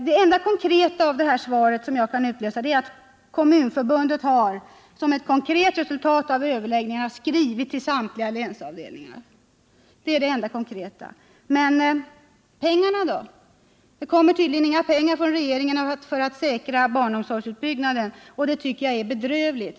Det enda påtagliga jag kan utläsa av detta svar är att Kommunförbundet, som ett konkret resultat av överläggningarna, har skrivit till samtliga länsavdelningar. Det är det enda konkreta. Men pengarna då? Regeringen kommer tydligen inte att anslå några pengar för att säkra barnomsorgsutbyggnaden, och det tycker jag är bedrövligt.